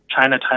China